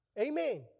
Amen